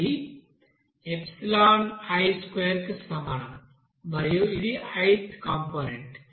అది i2 కి సమానం మరియు ఇది ith కంపోనెంట్